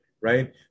right